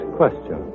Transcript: question